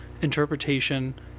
interpretation